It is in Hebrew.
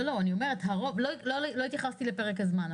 לא התייחסתי לפרק הזמן.